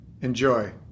Enjoy